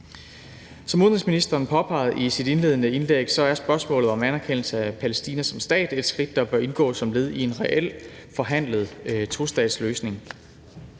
Som udenrigsministeren påpegede i sit indledende indlæg, er spørgsmålet om en anerkendelse af Palæstina som stat et skridt, der bør indgå som led i en reel forhandlet tostatsløsning.